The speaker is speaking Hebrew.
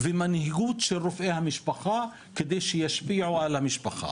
ומנהיגות של רופאי המשפחה כדי שישפיעו על המשפחה.